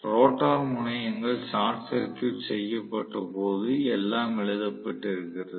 rotor முனையங்கள் short circuit செய்யப்பட்ட போது எல்லாம் எழுதப்பட்டிருக்கிறது